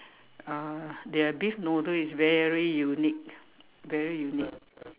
uh their beef noodle is very unique very unique